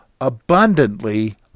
abundantly